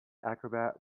acrobat